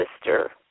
sister